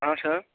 हाँ सर